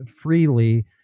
freely